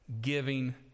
giving